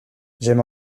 j’aime